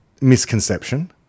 misconception